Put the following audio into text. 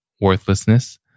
worthlessness